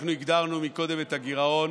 אנחנו הגדרנו קודם את הגירעון,